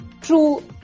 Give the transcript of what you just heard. true